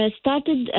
started